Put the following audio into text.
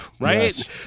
right